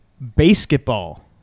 Basketball